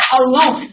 alone